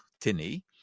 tinny